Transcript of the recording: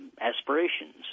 aspirations